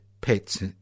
pets